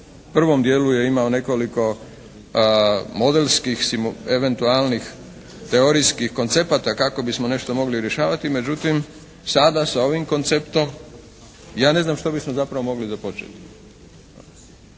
prvom dijelu je imao nekoliko modelskih eventualnih teorijskih koncepata kako bismo nešto mogli rješavati. Međutim, sada sa ovim konceptom ja ne znam što bismo zapravo mogli započeti?